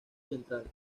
central